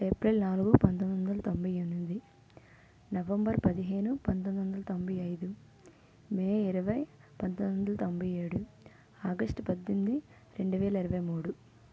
April నాలుగు పంతొమ్మిదివందల తొంభైఎనిమిది నవంబరు పదిహేను పంతొమ్మిదివందల తొంభై అయిదు మే ఇరవై పంతొమ్మిదివందల తొంభై ఏడు ఆగస్ట్ పద్దెనిమిది రెండువేల ఇరవైమూడు